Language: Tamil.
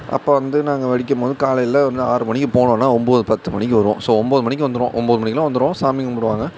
அப்போது வந்து நாங்கள் வெடிக்கும்போது காலையில் ஒரு நாள் ஆறு மணிக்கு போனோன்னால் ஒன்போது பத்து மணிக்கு வருவோம் ஸோ ஒன்போது மணிக்கு வந்துடுவோம் ஒன்போது மணிக்கெலாம் வந்துடுவோம் சாமி கும்பிடுவாங்க